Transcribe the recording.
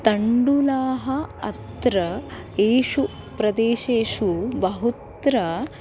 तण्डुलाः अत्र एषु प्रदेशेषु बहुत्र